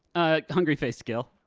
ah, hungry-faced gil.